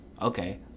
Okay